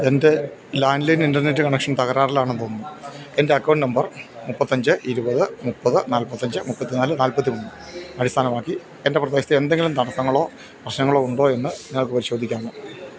എൻ്റെ landline internet connection തകരാറിലാണെന്ന് തോന്നുന്നു എൻ്റെ അക്കൗണ്ട് നമ്പർ മുപ്പത്തഞ്ച് ഇരുപത് മുപ്പത് നാല്പത്തഞ്ച് മുപ്പത്തിനാല് നാല്പത്തിമൂന്ന് അടിസ്ഥാനമാക്കി എൻ്റെ പ്രദേശത്ത് എന്തെങ്കിലും തടസ്സങ്ങളോ പ്രശ്നങ്ങളോ ഉണ്ടോ എന്ന് നിങ്ങൾക്ക് പരിശോധിക്കാമോ